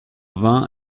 vain